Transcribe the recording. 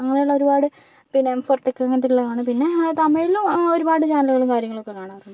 അങ്ങനെയുള്ള ഒരുപാട് പിന്നെ എം ഫോർ ടെക്ക് അങ്ങനത്തെ കാണും പിന്നെ തമിഴിലും ഒരുപാട് ചാനൽ കാര്യങ്ങളൊക്കെ കാണാറുണ്ട്